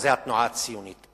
וזה התנועה הציונית.